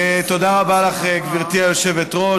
תודה רבה לך, גברתי היושבת-ראש.